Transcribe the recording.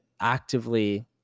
actively